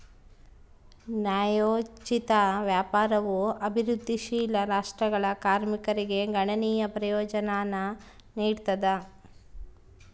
ನ್ಯಾಯೋಚಿತ ವ್ಯಾಪಾರವು ಅಭಿವೃದ್ಧಿಶೀಲ ರಾಷ್ಟ್ರಗಳ ಕಾರ್ಮಿಕರಿಗೆ ಗಣನೀಯ ಪ್ರಯೋಜನಾನ ನೀಡ್ತದ